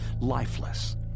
lifeless